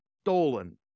stolen